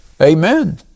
Amen